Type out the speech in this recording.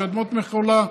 בשדמות מחולה.